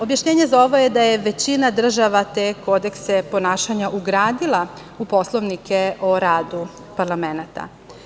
Objašnjenje za ovo je da je većina država te kodekse ponašanja ugradila u poslovnike o radu parlamenata.